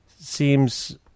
seems